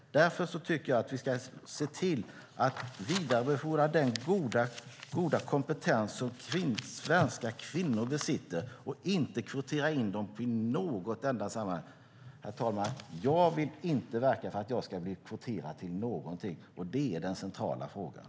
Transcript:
Därför tycker jag att vi ska se till att vidarebefordra den goda kompetens som svenska kvinnor besitter och inte kvotera in dem i något enda sammanhang. Herr talman! Jag vill inte verka för att jag ska bli kvoterad till någonting. Det är den centrala frågan.